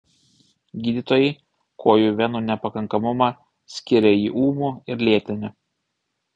gydytojai kojų venų nepakankamumą skiria į ūmų ir lėtinį